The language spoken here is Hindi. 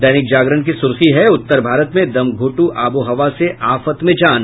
दैनिक जागरण की सुर्खी है उत्तर भारत में दमघोंटू आबोहवा से आफत में जान